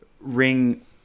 ring